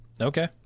Okay